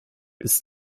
ist